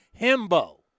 Himbo